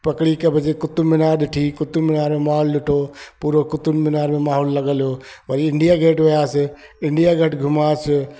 पकिड़ी हिकु बजे कुतुब मीनार ॾिठी कुतुब मीनार में माहोलु ॾिठो पूरो कुतुब मीनार में माहोलु लॻियलु हो वरी इंडिया गेट वियासीं इंडिया गेट घुमियासीं